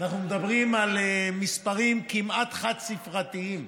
אנחנו מדברים על מספרים כמעט חד-ספרתיים.